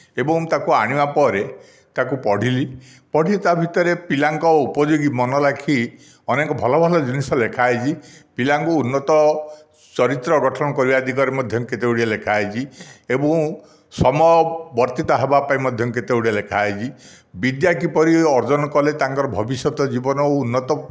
ଏଵଂ ତାକୁ ଆଣିବା ପରେ ତାକୁ ପଢ଼ିଲି ପଢ଼ି ତା'ଭିତରେ ପିଲାଙ୍କ ଉପଯୋଗୀ ମନଲାଖି ଅନେକ ଭଲ ଭଲ ଜିନିଷ ଲେଖା ହୋଇଛି ପିଲାଙ୍କୁ ଉନ୍ନତ ଚରିତ୍ର ଗଠନ କରିବା ଦିଗରେ ମଧ୍ୟ କେତେଗୁଡ଼ିଏ ଲେଖା ହୋଇଛି ଏବଂ ସମୟବର୍ତ୍ତିତା ହେବା ପାଇଁ ମଧ୍ୟ କେତେଗୁଡ଼ିଏ ଲେଖା ହୋଇଛି ବିଦ୍ୟା କିପରି ଅର୍ଜନ କଲେ ତାଙ୍କ ଭବିଷ୍ୟତ ଜୀବନ ଉନ୍ନତ